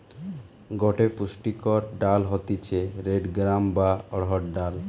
গটে পুষ্টিকর ডাল হতিছে রেড গ্রাম বা অড়হর ডাল